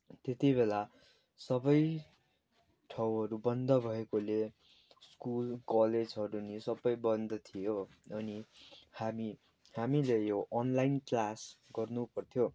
त्यतिबेला सबै ठाउँहरू बन्द भएकोले स्कुल कलेजहरू नि सबै बन्द थियो अनि हामी हामीले यो अनलाइन क्लास गर्नु पर्थ्यो